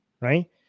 right